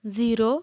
zero